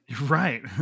Right